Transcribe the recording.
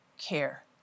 care